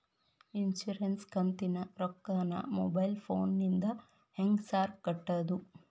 Insurance ಕಂತಿನ ರೊಕ್ಕನಾ mobile ಫೋನಿಂದ ಹೆಂಗ್ ಸಾರ್ ಕಟ್ಟದು?